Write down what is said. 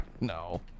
No